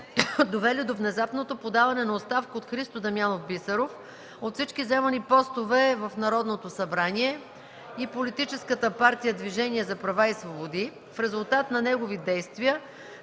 довели до внезапното подаване на оставка от Христо Дамянов Бисеров от всички заемани постове в Народното събрание и Политическата партия „Движение за права и свободи”, в резултат на негови действия,